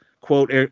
quote